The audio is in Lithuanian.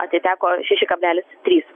atiteko šeši kablelis trys